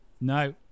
No